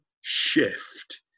shift